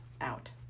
Out